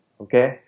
okay